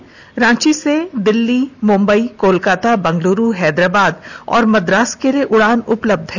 अभी रांची से दिल्ली मुंबई कोलकाता बेंगलुरु हैदराबाद और मद्रास के लिए उड़ान उपलब्ध है